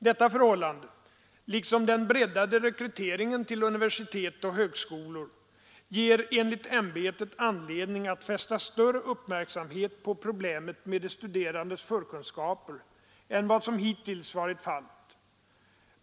Detta förhållande liksom den breddade rekryteringen till universitet och högskolor ger enligt ämbetet anledning att fästa större uppmärksamhet på problemet med de studerandes förkunskaper än vad som hittills varit fallet.